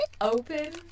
Open